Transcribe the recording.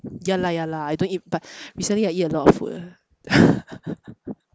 ya lah ya lah I don't eat but recently I eat a lot of food eh